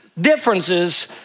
differences